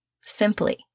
simply